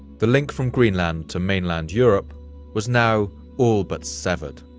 the link from greenland to mainland europe was now all but severed.